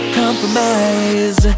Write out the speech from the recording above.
compromise